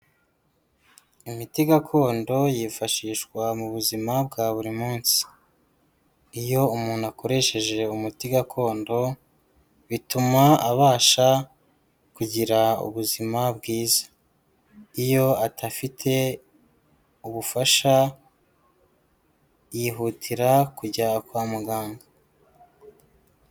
Imiti gakondo yifashishwa mu buzima bwa buri munsi. Iyo umuntu akoresheje umuti gakondo, bituma abasha kugira ubuzima bwiza. Iyo adafite ubufasha ,yihutira kujya kwa muganga.